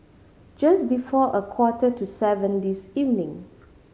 just before a quarter to seven this evening